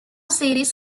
series